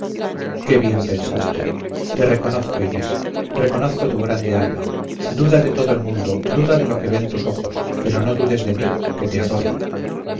qué bien pensaste te reconozco inés reconozco tu grande alma duda de todo el mundo duda de lo que ven tus ojos pero no dudes de mí que te adoro